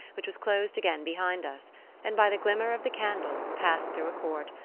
which was closed again behind us and by the glimmer of the candle, passed through a court,